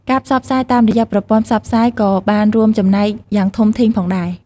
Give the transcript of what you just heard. ការផ្សព្វផ្សាយតាមរយៈប្រព័ន្ធផ្សព្វផ្សាយក៏បានរួមចំណែកយ៉ាងធំធេងផងដែរ។